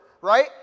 right